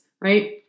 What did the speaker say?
Right